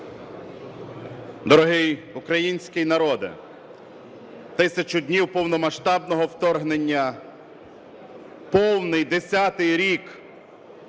Дорогий український народе! 1000 днів повномасштабного вторгнення, повний 10-й рік